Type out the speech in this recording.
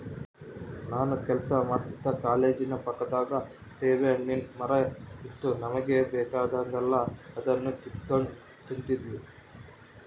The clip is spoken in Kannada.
ನಾನು ಕೆಲಸ ಮಾಡ್ತಿದ್ದ ಕಾಲೇಜಿನ ಪಕ್ಕದಾಗ ಸೀಬೆಹಣ್ಣಿನ್ ಮರ ಇತ್ತು ನಮುಗೆ ಬೇಕಾದಾಗೆಲ್ಲ ಅದುನ್ನ ಕಿತಿಗೆಂಡ್ ತಿಂತಿದ್ವಿ